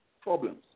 problems